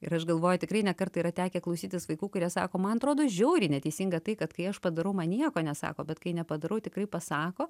ir aš galvoju tikrai ne kartą yra tekę klausytis vaikų kurie sako man atrodo žiauriai neteisinga tai kad kai aš padarau man nieko nesako bet kai nepadarau tikrai pasako